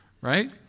Right